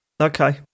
Okay